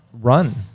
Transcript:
run